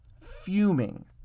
Fuming